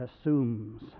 assumes